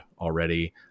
already